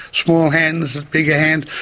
small hands, bigger hands,